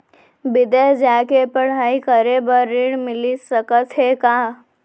बिदेस जाके पढ़ई करे बर ऋण मिलिस सकत हे का?